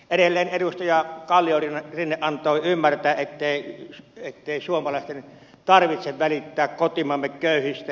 edelleen edustaja kalliorinne antoi ymmärtää ettei suomalaisten tarvitse välittää kotimaamme köyhistä